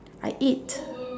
I eat